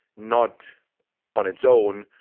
not on its own,